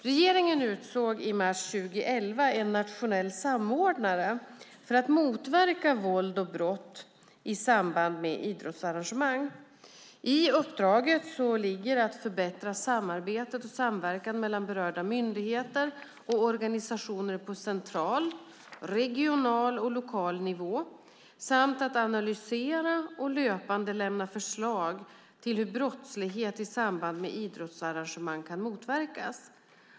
Regeringen utsåg i mars 2011 en nationell samordnare för att motverka våld och brott i samband med idrottsarrangemang. I uppdraget ligger att förbättra samverkan mellan berörda myndigheter och organisationer på central, regional och lokal nivå samt att analysera och löpande lämna förslag till hur brottslighet i samband med idrottsarrangemang kan motverkas.